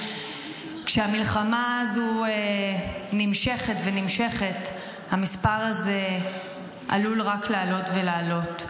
כשהמלחמה הזו נמשכת ונמשכת המספר הזה עלול רק לעלות ולעלות.